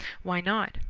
why not?